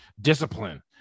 Discipline